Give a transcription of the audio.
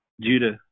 Judah